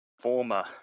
former